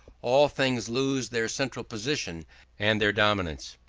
all things lose their central position and their dominant